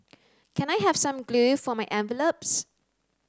can I have some glue for my envelopes